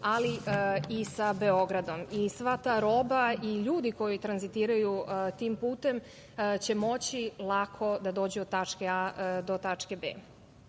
ali i sa Beogradom. Sva ta roba i ljudi koji tranzitiraju tim putem će moći lako da dođu od tačke A do tačke